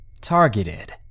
Targeted